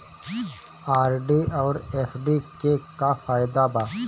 RD आउर FD के का फायदा बा?